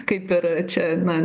kaip ir čia na